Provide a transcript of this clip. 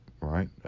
right